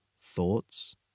Thoughts